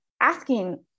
asking